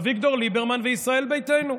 אביגדור ליברמן וישראל ביתנו,